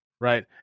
right